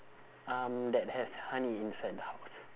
um that has honey inside the house